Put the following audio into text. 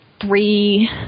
three